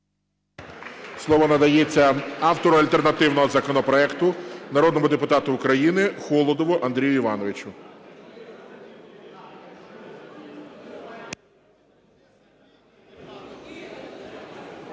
Слово надається автору альтернативного законопроекту народному депутату України Холодову Андрію Івановичу.